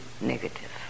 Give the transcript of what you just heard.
negative